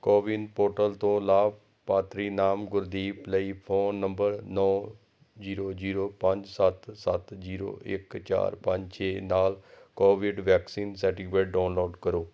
CoWIN portal ਤੋਂ ਲਾਭਪਾਤਰੀ ਨਾਮ ਗੁਰਦੀਪ ਲਈ ਫ਼ੋਨ ਨੰਬਰ ਨੌਂ ਜ਼ੀਰੋ ਜ਼ੀਰੋ ਪੰਜ ਸੱਤ ਸੱਤ ਜ਼ੀਰੋ ਇੱਕ ਚਾਰ ਪੰਜ ਛੇ ਨਾਲ ਕੋਵਿਡ ਵੈਕਸੀਨ ਸਰਟੀਫਿਕੇਟ ਡਾਊਨਲੋਡ ਕਰੋ